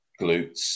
glutes